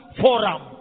forum